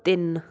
ਤਿੰਨ